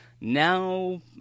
now